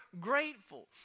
grateful